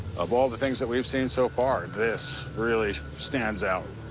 of all the things that we've seen so far, this really stands out.